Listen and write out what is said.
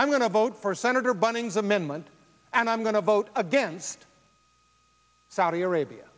i'm going to vote for senator bunning amendment and i'm going to vote against saudi arabia